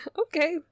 okay